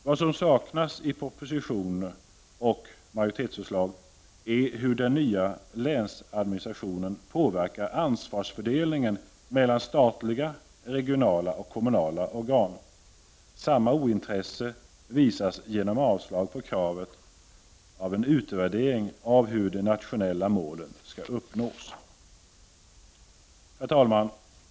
Vad som saknas i proposition och majoritetsförslag är hur den nya länsadministrationen påverkar ansvarsfördelningen mellan statliga, regionala och kommunala organ. Samma ointresse visas genom avslag på kravet på en utvärdering av hur de nationella målen skall uppnås. Herr talman!